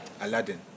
Aladdin